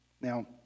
Now